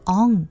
on